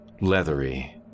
leathery